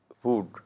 food